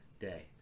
day